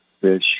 fish